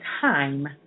time